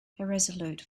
irresolute